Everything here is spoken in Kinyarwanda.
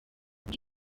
muri